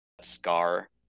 Scar